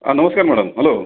हां नमस्कार madam hello